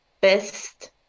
best